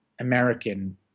american